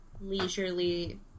leisurely